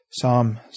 Psalm